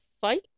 fight